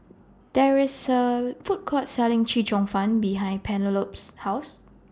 There IS A Food Court Selling Chee Cheong Fun behind Penelope's House